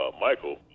Michael